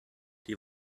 die